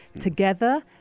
Together